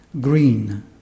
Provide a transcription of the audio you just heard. Green